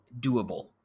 doable